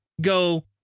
go